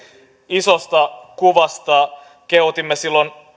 isosta kuvasta kehotimme silloin